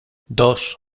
dos